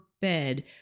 bed